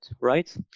right